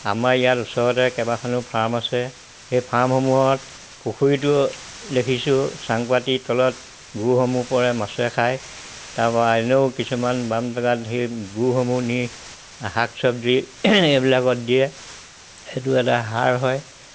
আমাৰ ইয়াত ওচৰতে কেইবাখনো ফাৰ্ম আছে সেই ফাৰ্মসমূহত পুখুৰীটো দেখিছোঁ চাং পাতি তলত গুসমূহ পৰে মাছে খায় তাৰপা সেই গুসমূহ নি শাক চবজি এইবিলাকত দিয়ে সেইটো এটা সাৰ হয়